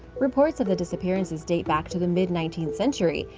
reports of the disappearances date back to the mid nineteenth century,